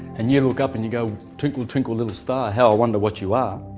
and you look up and you go twinkle twinkle little star how i wonder what you are,